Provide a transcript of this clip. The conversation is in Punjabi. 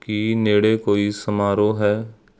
ਕੀ ਨੇੜੇ ਕੋਈ ਸਮਾਰੋਹ ਹੈ